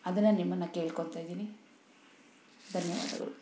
ಆದನ್ನ ನಿಮ್ಮನ್ನು ಕೇಳ್ಕೊಳ್ತಾಯಿದಿನಿ ಧನ್ಯವಾದಗಳು